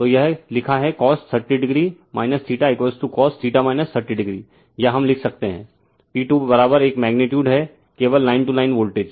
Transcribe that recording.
तो यह लिखा है cos30o cos 30 o या हम लिख सकते हैं P2 बराबर एक मैग्नीटीयूड है केवल लाइन टू लाइन वोल्टेज